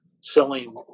selling